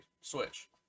Switch